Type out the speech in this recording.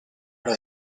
what